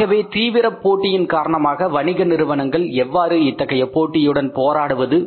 ஆகவே தீவிர போட்டியின் காரணமாக வணிக நிறுவனங்கள் எவ்வாறு இத்தகைய போட்டியுடன் போராடுவது